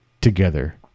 Together